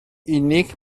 unig